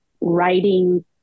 writing